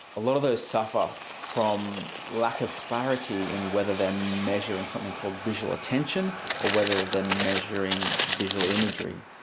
a lot of those suffer from lack of clarity in whether they are measuring something called visual attention or whether they are measuring visual imagery.